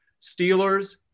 Steelers